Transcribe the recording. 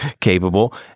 Capable